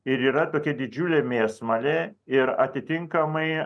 ir yra tokia didžiulė mėsmalė ir atitinkamai